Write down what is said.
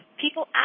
people